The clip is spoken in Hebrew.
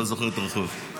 לא זוכר את הרחוב.